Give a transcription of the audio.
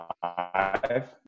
five